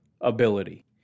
ability